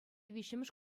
виҫҫӗмӗш